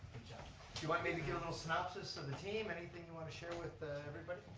yeah you want me to give a little synopsis of the team? anything you want to share with everybody?